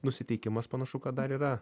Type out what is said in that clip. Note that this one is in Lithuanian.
nusiteikimas panašu kad dar yra